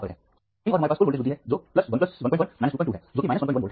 दाईं ओर हमारे पास कुल वोल्टेज वृद्धि है जो 11 22 है जो कि 11 वोल्ट है